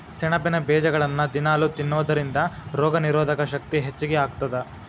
ಸೆಣಬಿನ ಬೇಜಗಳನ್ನ ದಿನಾಲೂ ತಿನ್ನೋದರಿಂದ ರೋಗನಿರೋಧಕ ಶಕ್ತಿ ಹೆಚ್ಚಗಿ ಆಗತ್ತದ